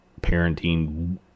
parenting